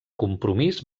compromís